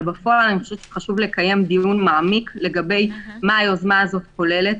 אבל בפועל חשוב לקיים דיון מעמיק לגבי מה היוזמה הזאת כוללת,